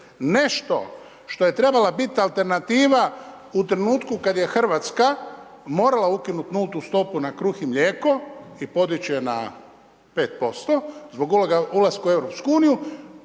nešto što je trebala biti alternativa u trenutku kad je Hrvatska morala ukinuti nultu stopu na kruh i mlijeko i podići je na 5%, zbog uloge ulaska u EU,